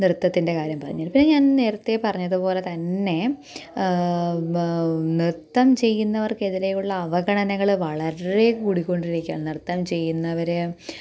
നൃത്തത്തിന്റെ കാര്യം പറഞ്ഞാൽ പിന്നെ ഞാന് നേരെത്തേ പറഞ്ഞത് പോലെ തന്നെ നൃത്തം ചെയ്യുന്നവര്ക്ക് എതിരെയുള്ള അവഗണനകൾ വളരെ കൂടിക്കൊണ്ടിരിക്കുവാണ് നൃത്തം ചെയ്യുന്നവരേയും